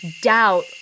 doubt